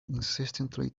insistently